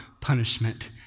punishment